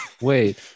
wait